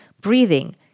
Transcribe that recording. breathing